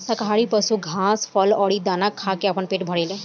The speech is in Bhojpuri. शाकाहारी पशु घास, फल अउरी दाना खा के आपन पेट भरेले